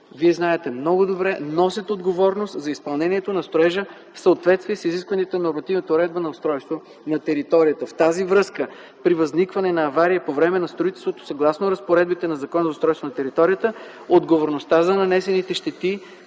Вие знаете много добре, носят отговорност за изпълнението на строежа в съответствие с изискванията на нормативната уредба за устройство на територията. В тази връзка при възникване на авария по време на строителството, съгласно разпоредбите на Закона за устройство на територията, отговорността за нанесените щети,